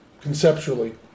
conceptually